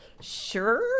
sure